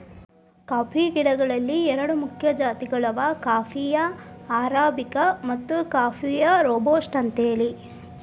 coffee ಗಿಡಗಳಲ್ಲಿ ಎರಡು ಮುಖ್ಯ ಜಾತಿಗಳದಾವ ಕಾಫೇಯ ಅರಾಬಿಕ ಮತ್ತು ಕಾಫೇಯ ರೋಬಸ್ಟ ಅಂತೇಳಿ